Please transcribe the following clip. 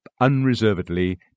unreservedly